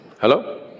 Hello